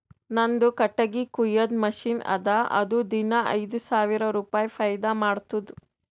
ನಂದು ಕಟ್ಟಗಿ ಕೊಯ್ಯದ್ ಮಷಿನ್ ಅದಾ ಅದು ದಿನಾ ಐಯ್ದ ಸಾವಿರ ರುಪಾಯಿ ಫೈದಾ ಮಾಡ್ತುದ್